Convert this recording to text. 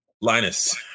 Linus